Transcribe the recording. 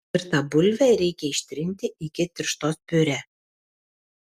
virtą bulvę reikia ištrinti iki tirštos piurė